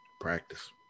practice